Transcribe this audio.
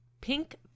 pink